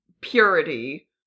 Purity